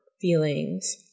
feelings